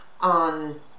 on